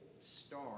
star